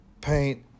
paint